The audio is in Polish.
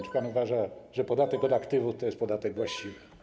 Czy pan uważa, że podatek od aktywów to jest podatek właściwy?